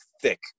thick